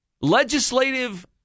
legislative